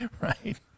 Right